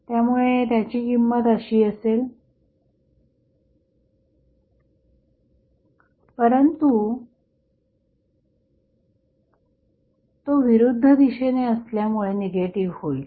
त्यामुळे त्याची किंमत अशी असेल परंतु तो विरुद्ध दिशेने असल्यामुळे निगेटिव्ह होईल